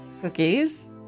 cookies